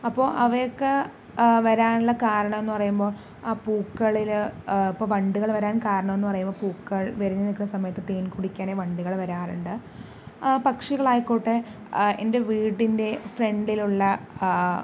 അപ്പോൾ അവയൊക്കെ വരാനുള്ള കാരണമെന്ന് പറയുമ്പോൾ ആ പൂക്കളില് ഇപ്പോൾ വണ്ടുകള് വരാൻ കാരണമെന്ന് പറയുമ്പോൾ പൂക്കൾ വിരിഞ്ഞ് നിൽക്കണ സമയത്ത് തേൻ കുടിക്കാന് വണ്ടുകള് വരാറുണ്ട് പക്ഷികളായിക്കോട്ടെ എൻ്റെ വീടിൻ്റെ ഫ്രണ്ടിലുള്ള